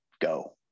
go